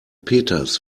peters